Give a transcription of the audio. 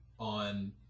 on